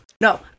No